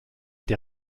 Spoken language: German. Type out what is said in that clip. der